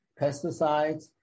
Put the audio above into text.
Pesticides